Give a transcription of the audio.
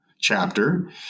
chapter